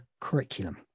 curriculum